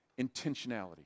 intentionality